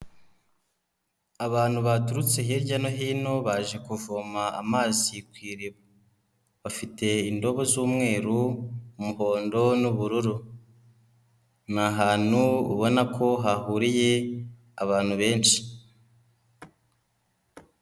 Abantu baturutse hirya no hino baje kuvoma amazi ku iriba, bafite indobo z'umweru, umuhondo, n'ubururu, ni ahantu ubona ko hahuriye abantu benshi.